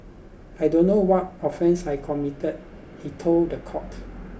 I don't know what offence I committed he told the court